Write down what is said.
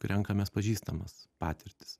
renkamės pažįstamas patirtis